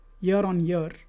year-on-year